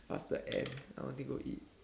faster end I want to go eat